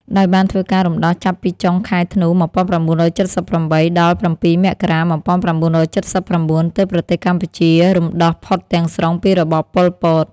ដោយបានធ្វើការរំដោះចាប់ពីចុងខែ ធ្នូ ១៩៧៨ ដល់ ៧ មករា ១៩៧៩ ទើបប្រទេសកម្ពុជារំដោះផុតទាំងស្រុងពីរបប ប៉ុល ពត ។